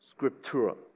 scriptura